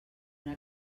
una